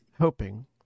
hoping